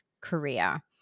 career